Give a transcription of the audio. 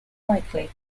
likely